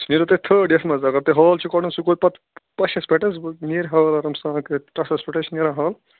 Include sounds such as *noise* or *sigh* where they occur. سُہ نیٖریو تۄہہ تھٲڈ یَتھ منٛز اگر تۄہہ ہال چھِ کڑُن سُہ گوٚو پَتہ پَشَس پٮ۪ٹھ حظ نیٚرِ ہال آرام سان *unintelligible* تَتھ حظ پٮ۪ٹھ چھِ نیران ہال